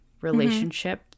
relationship